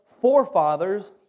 forefathers